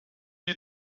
die